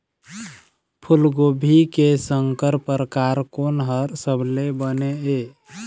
फूलगोभी के संकर परकार कोन हर सबले बने ये?